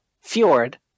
Fjord